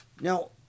Now